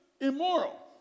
immoral